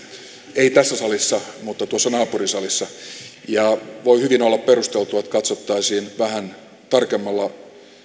ei tässä salissa mutta tuossa naapurisalissa ja voi hyvin olla perusteltua että katsottaisiin vähän tarkemmalla